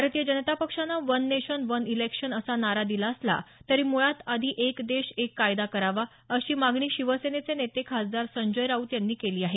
भारतीय जनता पक्षानं वन नेशन वन इलेक्शन असा नारा दिला असला तरी मुळात आधी एक देश एक कायदा करावा अशी मागणी शिवसेनेचे नेते खासदार संजय राऊत यांनी केली आहे